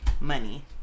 money